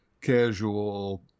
casual